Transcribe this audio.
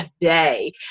day